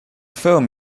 film